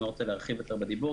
אני לא רוצה להרחיב יותר בדיבור,